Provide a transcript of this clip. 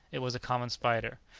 it was a common spider.